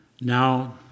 Now